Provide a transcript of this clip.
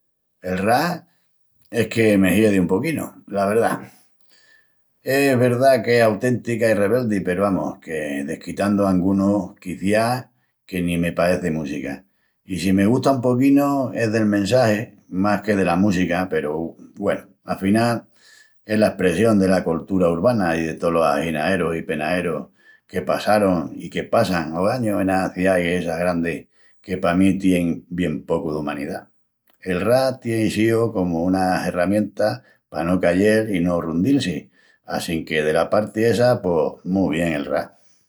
El rap es que me hiedi un poquinu... la verdá. Es verdá qu'es auténtica i rebeldi peru amus, que, desquitandu angunus, quiciás que ni me pareci música. I si me gusta un poquinu es del mensagi más que dela música peru, güenu, afinal es la espressión dela coltura urbana i de tolos aginaerus i penaerus que passarun i que passan ogañu enas ciais essas grandis que pa mí tienin bien pocu d'umanidá. El rap tien síu comu una herramienta pa no cayel i no rundil-si, assinque dela parti essa pos mu bien el rap.